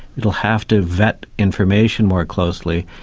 it'll have to vet information more closely,